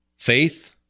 Faith